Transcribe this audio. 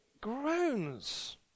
groans